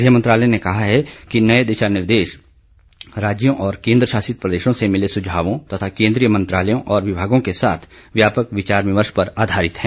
गृह मंत्रालय ने कहा है कि नए दिशानिर्देश राज्यों और केंद्रशासित प्रदेशों से मिले सुझावों तथा केंद्रीय मंत्रालयों और विभागों के साथ व्यापक विचार विमर्श पर आधारित हैं